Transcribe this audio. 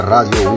Radio